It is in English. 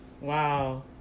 Wow